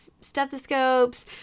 stethoscopes